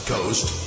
Coast